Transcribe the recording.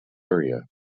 area